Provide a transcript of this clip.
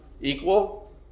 equal